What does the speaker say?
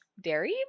dairy